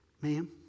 ma'am